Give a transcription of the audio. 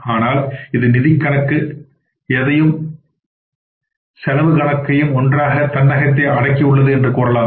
ஆனால் இது நிதிக்கணக்கு எதையும் செலவு கணக்குகளையும் ஒன்றாக தன்னகத்தே அடக்கி உள்ளது என்று கூறலாம்